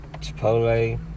Chipotle